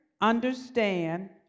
understand